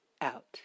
out